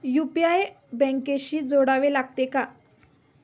UPI बँकेशी जोडावे लागते का?